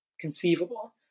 conceivable